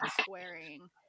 squaring